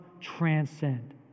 transcend